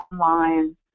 online